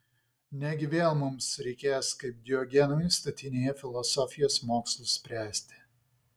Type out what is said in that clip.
negi vėl mums reikės kaip diogenui statinėje filosofijos mokslus spręsti